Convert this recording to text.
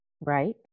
right